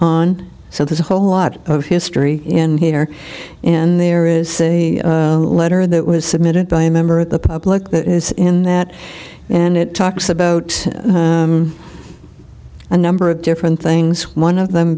on so there's a whole lot of history in here and there is a letter that was submitted by a member of the public that is in that and it talks about a number of different things one of them